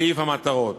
בסעיף המטרות,